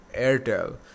airtel